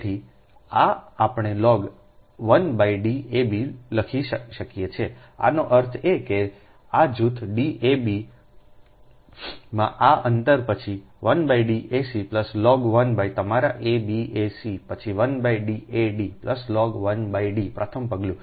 તેથી આ આપણે લોગ 1 D ab લખી શકીએ છીએઆનો અર્થ એ કે આ જૂથ D a b માં આ અંતર પછી 1 D ac લોગ 1 તમારા a b a c પછી 1 D a d log 1 D પ્રથમ પગલું